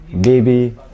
Baby